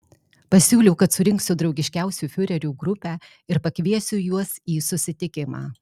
pasiūliau kad surinksiu draugiškiausių fiurerių grupę ir pakviesiu juos į susitikimą